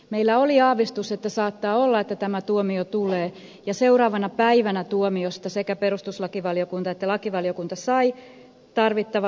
meillä oli aavistus että saattaa olla että tämä tuomio tulee ja seuraavana päivänä tuomiosta sekä perustuslakivaliokunta että lakivaliokunta saivat tarvittavan lakimuutoksen